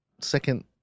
second